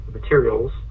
materials